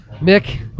Nick